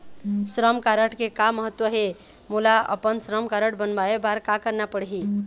श्रम कारड के का महत्व हे, मोला अपन श्रम कारड बनवाए बार का करना पढ़ही?